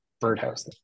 birdhouse